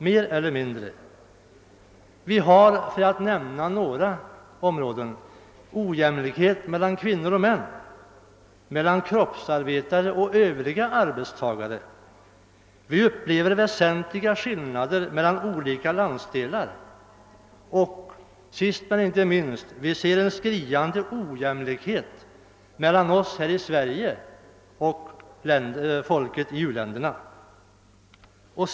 För att nämna några områden kan sägas att det föreligger bristande jämlikhet mellan kvinnor och män, mellan kroppsarbetare och övriga arbetstagare. Vi upplever väsentliga skillnader mellan olika landsdelar och sist men inte minst ser vi en skriande brist på jämlikhet mellan oss här i Sverige och u-ländernas folk.